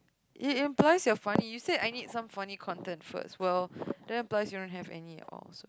it implies you are funny you said I need some funny content first well that implies you don't have any at all